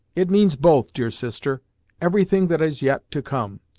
it means both, dear sister every thing that is yet to come,